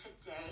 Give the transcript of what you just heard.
today